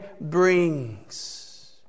brings